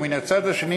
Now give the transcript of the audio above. ומהצד השני,